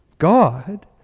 God